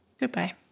Goodbye